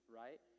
right